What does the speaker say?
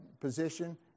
position